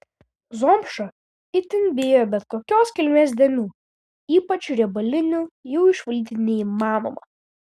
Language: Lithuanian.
zomša itin bijo bet kokios kilmės dėmių ypač riebalinių jų išvalyti neįmanoma